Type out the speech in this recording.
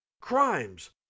crimes